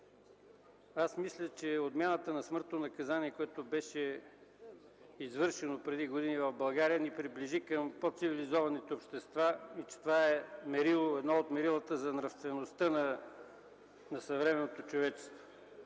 Мисля, че отмяната на смъртното наказание, което беше извършено преди години в България, ни приближи към по-цивилизованите общества и че това е едно от мерилата за нравствеността на съвременното човечество.